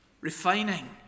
refining